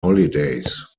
holidays